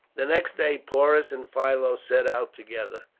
the next day porus and philo set out together.